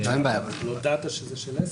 לא הודעת שזה של עסק?